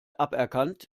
aberkannt